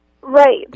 Right